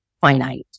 finite